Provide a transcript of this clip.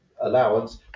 allowance